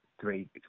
three